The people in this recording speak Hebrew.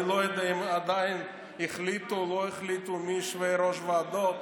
אני לא יודע אם כבר החליטו או לא החליטו מי יושבי-ראש הוועדות,